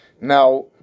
Now